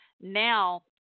Now